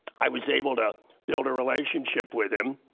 i was able to build a relationship with him.